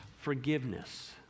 forgiveness